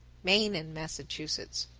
maine and massachusetts.